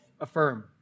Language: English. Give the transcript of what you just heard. affirm